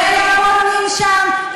ולא בונים שם,